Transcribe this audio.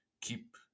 keep